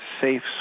safe